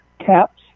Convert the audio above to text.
caps